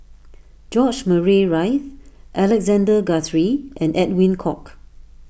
George Murray Reith Alexander Guthrie and Edwin Koek